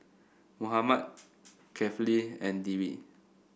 Muhammad Kefli and Dwi